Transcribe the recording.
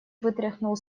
вытряхнул